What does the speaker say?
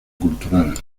cultural